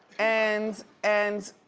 and, and,